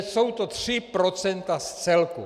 Jsou to tři procenta z celku.